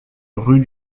rue